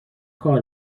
کار